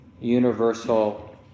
universal